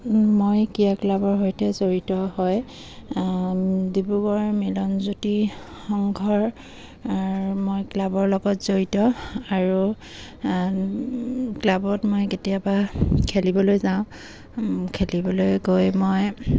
মই ক্ৰীড়া ক্লাবৰ সৈতে জড়িত হয় ডিব্ৰুগড় মিলনজ্যোতি সংঘৰ মই ক্লাবৰ লগত জড়িত আৰু ক্লাবত মই কেতিয়াবা খেলিবলৈ যাওঁ খেলিবলৈ গৈ মই